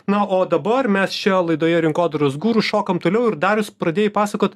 na o dabar mes čia laidoje rinkodaros guru šokam toliau ir darius pradėjai pasakot